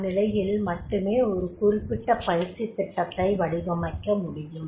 அந்நிலையில் மட்டுமே ஒரு குறிப்பிட்ட பயிற்சித் திட்டத்தை வடிவமைக்க முடியும்